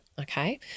Okay